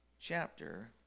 chapter